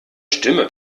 stimme